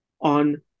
on